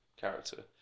character